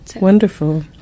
Wonderful